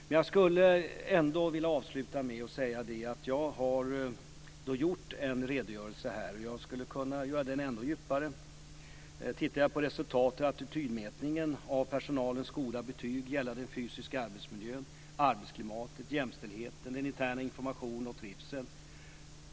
Men jag skulle ändå vilja avsluta med det att jag har gjort en redogörelse här, och jag skulle kunna göra den ännu djupare och titta på resultat ur attitydmätningen och personalens goda betyg gällande den fysiska arbetsmiljön, arbetsklimatet, jämställdheten, den interna informationen och trivseln.